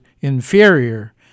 Inferior